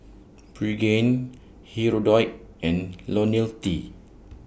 Pregain Hirudoid and Ionil T